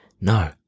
no